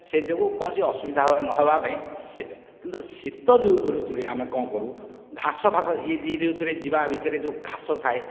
ସେ ଯୋଗୁଁ କୌଣସି ଅସୁବିଧା ନହେବାପାଇଁ ସେଆ କିନ୍ତୁ ଶୀତଋତୁରେ ଆମେ କ'ଣ କରୁ ଘାସ ଫାଶ ଏ ଦୁଇଋତୁ ଯିବା ଭିତରେ ଯେଉଁ ଘାସ ଥାଏ